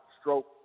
stroke